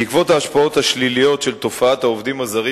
בעקבות ההשפעות השליליות של תופעת העובדים הזרים